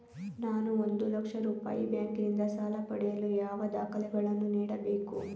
ನಾನು ಒಂದು ಲಕ್ಷ ರೂಪಾಯಿ ಬ್ಯಾಂಕಿನಿಂದ ಸಾಲ ಪಡೆಯಲು ಯಾವ ದಾಖಲೆಗಳನ್ನು ನೀಡಬೇಕು?